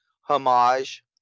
homage